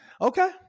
okay